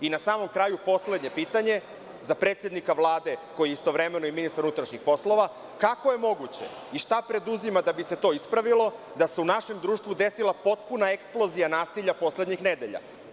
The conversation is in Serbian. Na samom kraju, poslednje pitanje za predsednika Vlade, koji je istovremeno i ministar unutrašnjih poslova, kako je moguće i šta preduzima da bi se to ispravilo, da se u našem društvu desila potpuna eksplozija nasilja poslednjih nedelja?